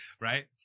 right